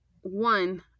one